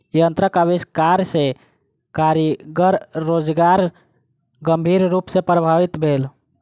यंत्रक आविष्कार सॅ कारीगरक रोजगार गंभीर रूप सॅ प्रभावित भेल